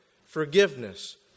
forgiveness